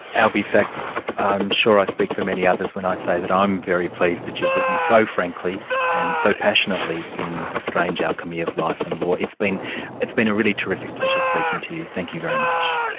albie sachs, i'm sure i speak for many others when i say that i'm very pleased that you've written so frankly and so passionately in the strange alchemy of life and law. it's been it's been a really terrific pleasure speaking to you thank you very much.